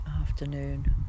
afternoon